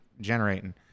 generating